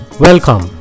Welcome